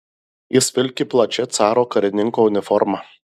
jis vilki plačia caro karininko uniforma